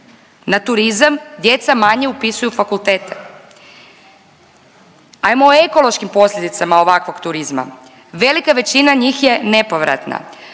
na turizam djeca manje upisuju fakultete. Hajmo o ekološkim posljedicama ovakvog turizma. Velika većina njih je nepovratna.